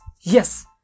Yes